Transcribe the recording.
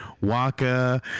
Waka